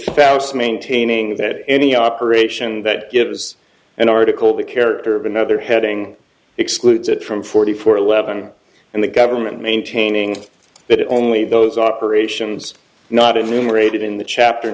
faust maintaining that any operation that gives an article the character of another heading excludes it from forty four eleven and the government maintaining that only those operations not enumerated in the chapter